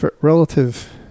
relative